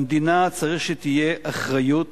למדינה צריך שתהיה אחריות